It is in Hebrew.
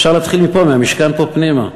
ואפשר להתחיל מפה, מהמשכן פה פנימה.